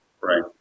Right